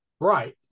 Right